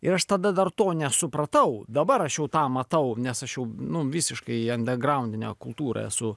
ir aš tada dar to nesupratau dabar aš jau tą matau nes aš jau nu visiškai ande graudinę kultūrą esu